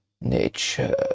nature